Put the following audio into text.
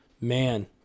man